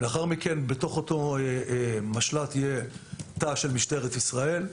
לאחר מכן באותו משל"ט יהיה תא של משטרת ישראל,